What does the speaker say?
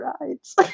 rides